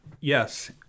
yes